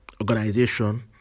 organization